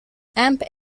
amp